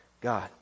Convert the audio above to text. God